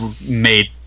made